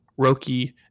Roki